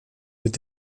mit